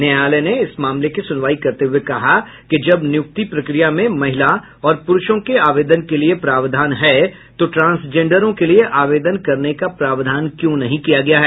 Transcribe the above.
न्यायालय ने इस मामले की सुनवाई करते हुये कहा कि जब नियुक्ति प्रक्रिया में महिला और पुरूषों के आवेदन के लिए प्रावधान है तो ट्रांसजेंडरों के लिए आवेदन करने का प्रावधान क्यों नहीं किया गया है